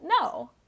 No